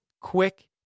quick